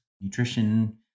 nutrition